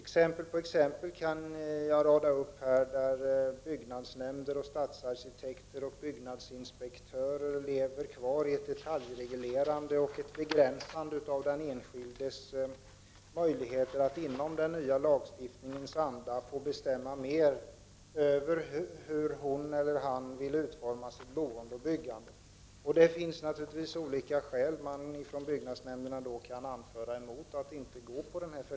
Exempel på exempel kan jag rada upp där byggnadsnämnder, stadsarkitekter och byggnadsinspektörer lever kvar i ett detaljreglerande och ett begränsande av den enskildes möjligheter att i den nya lagstiftningens anda få bestämma mer över hur hon eller han vill utforma sitt boende och byggande. Det finns naturligtvis olika skäl som man från byggnadsnämnderna kan anföra mot att följa förenklingen.